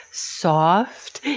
soft,